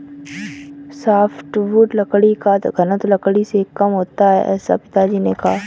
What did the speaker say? softwood लकड़ी का घनत्व लकड़ी से कम होता है ऐसा पिताजी ने कहा